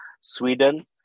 Sweden